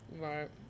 Right